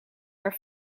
haar